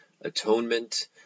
atonement